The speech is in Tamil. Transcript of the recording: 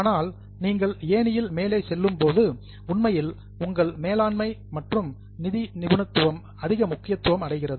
ஆனால் நீங்கள் ஏணியில் மேலே செல்லும் பொழுது உண்மையில் உங்கள் மேலாண்மை மற்றும் நிதி நிபுணத்துவம் அதிக முக்கியத்துவம் அடைகிறது